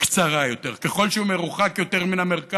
קצרה יותר, ככל שהוא מרוחק יותר מהמרכז,